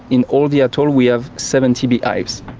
in all the atoll we have seventy beehives.